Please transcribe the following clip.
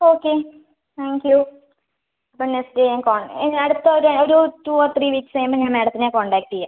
okay thank you അപ്പം next day ഞാൻ ഇനി അടുത്തൊരു ഒരു ടു ഓർ ത്രീ വീക്ക്സ് കഴിയുമ്പോൾ ഞാൻ മാഡത്തിനെ കോൺടാക്ട് ചെയ്യാം